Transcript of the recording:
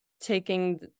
taking